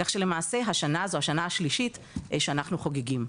כך שלמעשה השנה זו השנה השלישית שאנחנו חוגגים.